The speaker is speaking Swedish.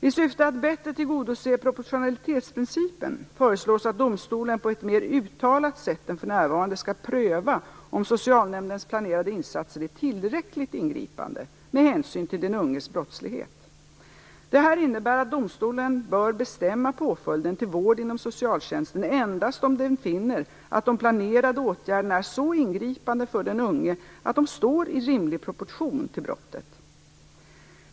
I syfte att bättre tillgodose proportionalitetsprincipen föreslås att domstolen på ett mer uttalat sätt än för närvarande skall pröva om socialnämndens planerade insatser är tillräckligt ingripande med hänsyn till den unges brottslighet. Detta innebär att domstolen bör bestämma påföljden till vård inom socialtjänsten endast om den finner att de planerade åtgärderna är så ingripande för den unge att de står i rimlig proportion till brottet.